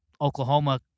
Oklahoma